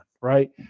Right